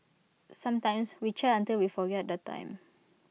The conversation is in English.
sometimes we chat until we forget the time